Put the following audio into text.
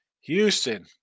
Houston